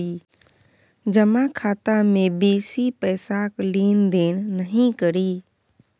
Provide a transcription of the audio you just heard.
जमा खाता मे बेसी पैसाक लेन देन नहि करी